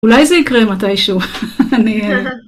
אולי זה יקרה מתישהו...אני